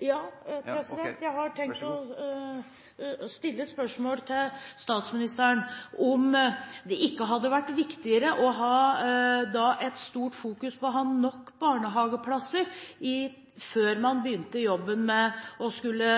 Jeg har tenkt å stille statsministeren spørsmål om det ikke hadde vært viktigere å ha stort fokus på å ha nok barnehageplasser eller på obligatorisk barnehage – før man begynte jobben med å skulle